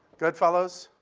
goodfellas?